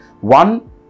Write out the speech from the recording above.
One